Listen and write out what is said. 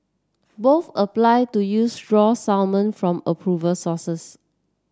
both applied to use raw salmon from approver sources